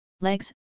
legs